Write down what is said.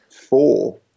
four